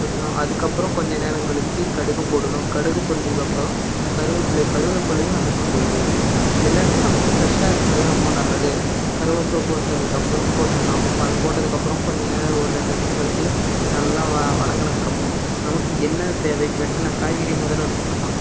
ஊற்றணும் அதுக்கப்புறம் கொஞ்ச நேரம் கழித்து கடுகு போடணும் கடுகு பொறிஞ்சதுக்கு அப்புறம் கருவேப்பில்லை கருவேப்பில்லையும் நமக்கு எல்லாமே நமக்கு ஃபிரெஷ்ஷாக இருக்கிறது ரொம்ப நல்லது கருவேப்பில்லை போட்டதுக்கு அப்புறம் போட்டுக்கலாம் அது போட்டதுக்கு அப்புறம் கொஞ்ச நேரம் ஒரு ரெண்டு நிமிஷம் கழித்து நல்லா வ வதங்குனதுக்கு அப்புறம் நமக்கு என்ன தேவை வெட்டின காய்கறி முதல்ல வெட்டினோமா